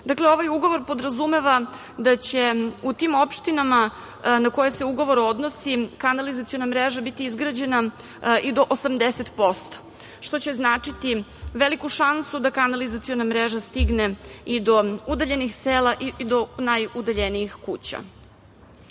mreže. Ovaj ugovor podrazumeva da će u tim opštinama na koje se ugovor odnosi kanalizaciona mreža biti izgrađena i do 80%, što će značiti veliku šansu da kanalizaciona mreža stigne i do udaljenih sela i najudaljenih kuća. Na